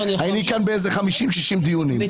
אני כאן ב-60-50 דיונים.